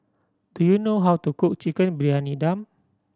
do you know how to cook Chicken Briyani Dum